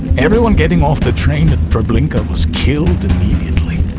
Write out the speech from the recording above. everyone getting off the train at treblinka was killed immediately.